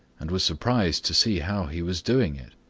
and was surprised to see how he was doing it.